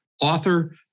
author